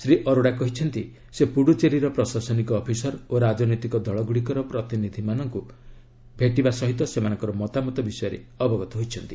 ଶ୍ରୀ ଅରୋଡା କହିଛନ୍ତି ସେ ପୁଡ଼ୁଚେରୀର ପ୍ରଶାସନିକ ଅଫିସର୍ ଓ ରାଜନୈତିକ ଦଳଗ୍ରଡ଼ିକର ପ୍ରତିନିଧିମାନଙ୍କୁ ଭେଟି ସେମାନଙ୍କର ମତାମତ ବିଷୟରେ ଅବଗତ ହୋଇଛନ୍ତି